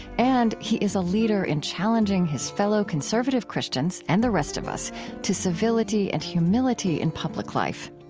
and he is a leader in challenging his fellow conservative christians and the rest of us to civility and humility in public life.